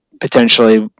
potentially